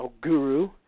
guru